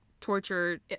torture